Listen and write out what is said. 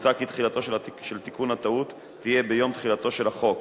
מוצע כי תחילתו של תיקון הטעות תהיה ביום תחילתו של החוק.